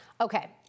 Okay